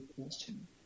question